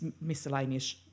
miscellaneous